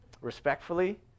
respectfully